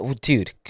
Dude